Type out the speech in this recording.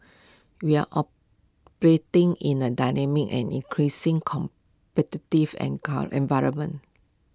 we are operating in A dynamic and increasing competitive an car environment